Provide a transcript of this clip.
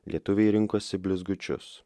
lietuviai rinkosi blizgučius